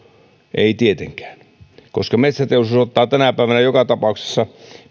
eivät tietenkään metsäteollisuus ottaa tänä päivänä joka tapauksessa